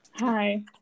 hi